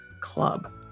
club